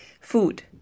Food